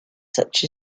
such